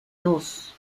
dos